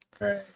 Right